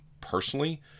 personally